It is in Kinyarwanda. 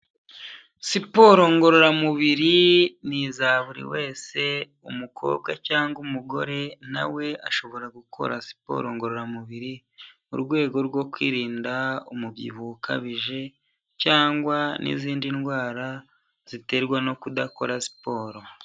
Siporo ngororamubiri ni izaburi wese, umukobwa cyangwa umugore nawe ashobora gukora siporo ngororamubiri, mu rwego rwo kwirinda umubyibuho ukabije, cyangwa n'izindi ndwara ziterwa no kudakora siporo.